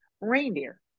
reindeer